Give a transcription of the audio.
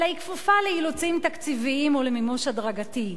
אלא היא כפופה לאילוצים תקציביים ולמימוש הדרגתי,